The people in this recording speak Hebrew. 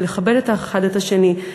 ולכבד אחד את השני,